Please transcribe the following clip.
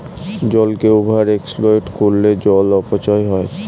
জলকে over exploit করলে জল অপচয় হয়